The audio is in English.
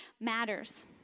matters